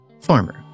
farmer